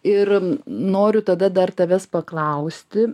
ir noriu tada dar tavęs paklausti